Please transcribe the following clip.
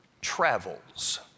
travels